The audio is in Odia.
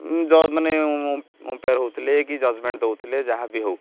ଯେଉଁ ମାନେ ଅମ୍ପେୟାର ହଉଥିଲେ କି ଜଜ୍ମେଣ୍ଟ୍ ଦେଉଥିଲେ ଯାହା ବି ହଉ